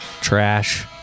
Trash